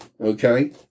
Okay